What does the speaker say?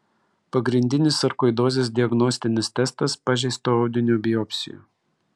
pagrindinis sarkoidozės diagnostinis testas pažeisto audinio biopsija